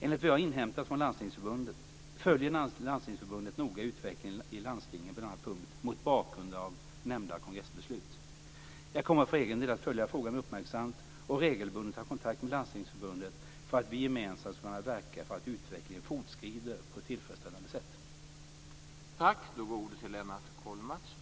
Enligt vad jag inhämtat följer Landstingsförbundet noga utvecklingen i landstingen på denna punkt mot bakgrund av nämnda kongressbeslut. Jag kommer för egen del att följa frågan uppmärksamt och att regelbundet ha kontakt med Landstingsförbundet för att vi gemensamt skall kunna verka för att utvecklingen fortskrider på ett tillfredsställande sätt.